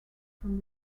from